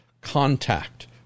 contact